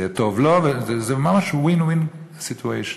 זה יהיה טוב לו וזה ממש win-win situation,